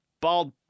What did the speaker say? bald